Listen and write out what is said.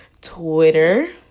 twitter